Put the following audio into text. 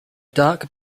dark